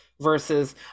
versus